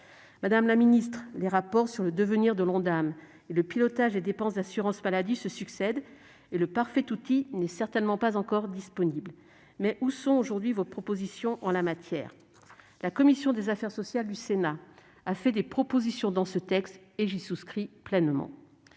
Madame la ministre, les rapports sur le devenir de l'Ondam et le pilotage des dépenses d'assurance maladie se succèdent et le parfait outil n'est certainement pas encore disponible. Mais où sont aujourd'hui vos propositions en la matière ? La commission des affaires sociales du Sénat, elle, a fait des propositions dans ce texte et j'y souscris pleinement.